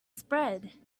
spread